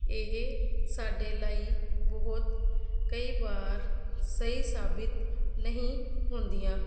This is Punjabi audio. ਇਹ ਸਾਡੇ ਲਈ ਬਹੁਤ ਕਈ ਵਾਰ ਸਹੀ ਸਾਬਿਤ ਨਹੀਂ ਹੁੰਦੀਆਂ